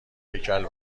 هیکل